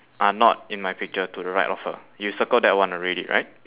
are not in my picture to the right of her you circled that one already right